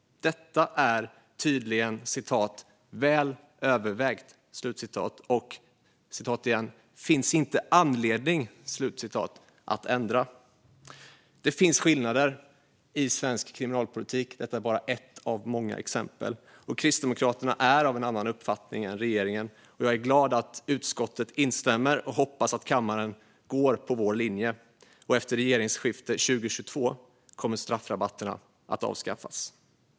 Detta är enligt regeringen med flera tydligen väl övervägt och inget som det finns anledning att ändra på. Det finns skillnader i svensk kriminalpolitik, och detta är bara ett av många exempel. Kristdemokraterna är av en annan uppfattning än regeringen, och jag är glad att utskottet instämmer och hoppas att kammaren går på vår linje. Efter regeringsskiftet 2022 kommer straffrabatterna att avskaffas.